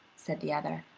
said the other.